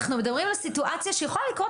אנחנו מדברים על סיטואציה שיכולה לקרות